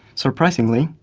surprisingly,